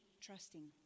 trusting